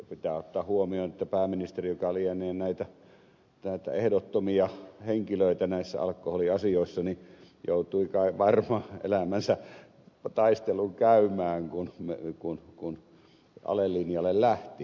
pitää ottaa huomioon että pääministeri joka lienee näitä ehdottomia henkilöitä näissä alkoholiasioissa joutui varmaan elämänsä taistelun käymään kun ale linjalle lähti